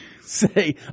say